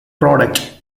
product